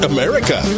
America